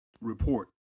report